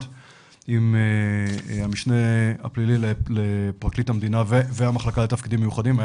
עם המשנה הפלילי לפרקליט המדינה והמחלקה לתפקידים מיוחדים.